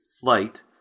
flight